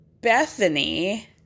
Bethany